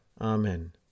Amen